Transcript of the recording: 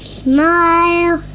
smile